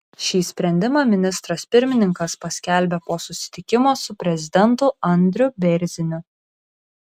šį sprendimą ministras pirmininkas paskelbė po susitikimo su prezidentu andriu bėrziniu